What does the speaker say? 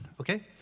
okay